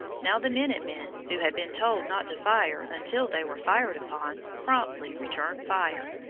now the minute-men, who had been told not to fire until they were fired upon, promptly returned fire,